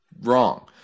wrong